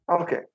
Okay